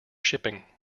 shipping